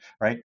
right